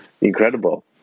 incredible